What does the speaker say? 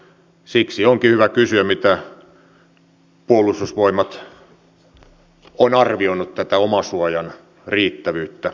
siksi onkin hyvä kysyä miten puolustusvoimat on arvioinut tätä omasuojan riittävyyttä